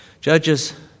Judges